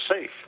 safe